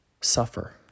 suffer